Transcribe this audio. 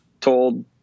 told